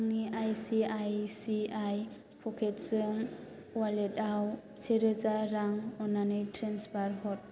आंनि आइसिआइसिआइ प'केट्सजों वालेटाव से रोजा रां अन्नानै ट्रेन्सफार हर